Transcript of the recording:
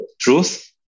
truth